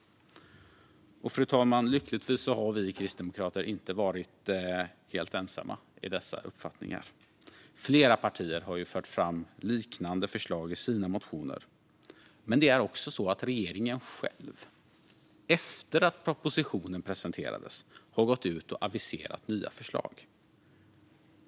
Fru talman! Lyckligtvis har vi kristdemokrater inte varit helt ensamma i dessa uppfattningar. Flera partier har fört fram liknande förslag i sina motioner, men det är också så att regeringen själv, efter att propositionen presenterades, har gått ut och aviserat nya förslag.